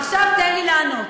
עכשיו תן לי לענות.